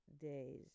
days